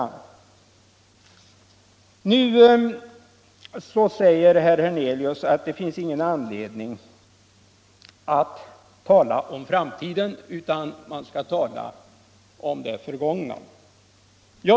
Nu säger herr Hernelius att det finns ingen anledning att tala om framtiden, utan man skall tala om det förgångna.